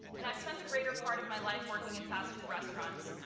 and i've spent the greater part of my life working in fast-food restaurants.